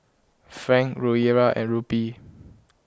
Franc Rufiyaa and Rupee